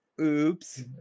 oops